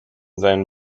seinen